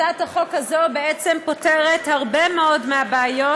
הצעת החוק הזאת בעצם פותרת הרבה מאוד מהבעיות.